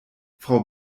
frau